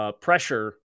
pressure